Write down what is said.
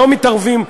לא מתערבים,